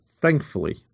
thankfully